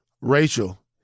Rachel